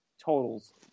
Totals